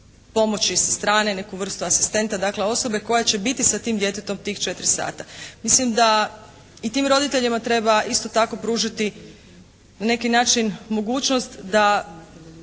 pomoći sa strane. Neku vrstu asistenta. Dakle osobe koja će biti sa tim djetetom tih 4 sata. Mislim da i tim roditeljima treba isto tako pružiti na neki način mogućnost da